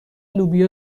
لوبیا